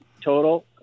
total